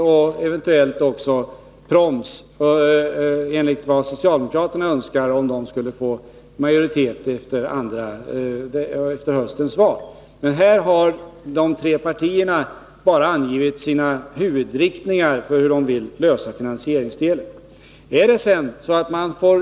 För 1984 och 1985 har de tre partierna bara angivit huvudriktningarna för hur de vill lösa finansieringen. Regeringens huvudlinje är arbetsgivaravgifter, och socialdemokraterna förordar proms.